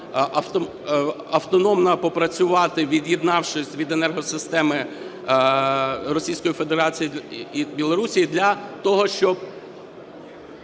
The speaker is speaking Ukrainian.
автономно попрацювати, від'єднавшись від енергосистеми Російської Федерації і Білорусі, для того, щоб